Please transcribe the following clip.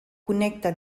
connecta